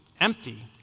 empty